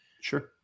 sure